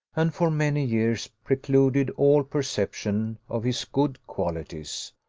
and for many years precluded all perception of his good qualities,